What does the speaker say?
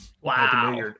Wow